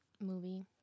Movie